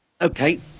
Okay